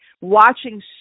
watching